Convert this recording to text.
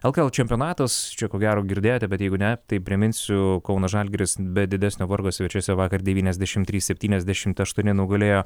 lkl čempionatas čia ko gero girdėjote bet jeigu ne tai priminsiu kauno žalgiris be didesnio vargo svečiuose vakar devyniasdešimt trys septyniasdešimt aštuoni nugalėjo